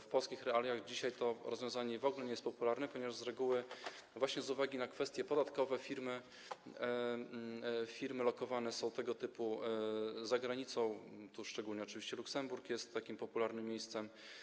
W polskich realiach dzisiaj to rozwiązanie w ogóle nie jest popularne, ponieważ z reguły, właśnie z uwagi na kwestie podatkowe, firmy tego typu lokowane są za granicą, szczególnie Luksemburg jest takim popularnym miejscem.